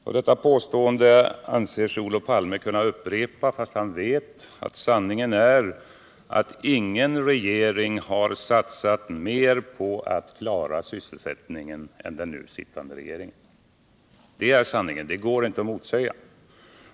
Och detta påstående anser sig Olof Palme kunna upprepa fast han vet att sanningen är att ingen regering har satsat mer på att klara sysselsättningen än den nu sittande. Det är sanningen. Det går inte att motsäga.